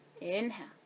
Inhale